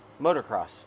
motocross